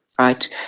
Right